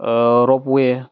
रपवे